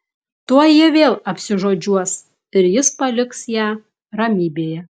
tuoj jie vėl apsižodžiuos ir jis paliks ją ramybėje